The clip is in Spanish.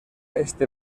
este